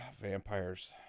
vampires